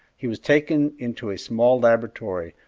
he was taken into a small laboratory,